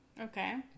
Okay